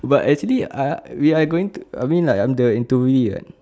but actually I we are going to I mean like I am the interviewee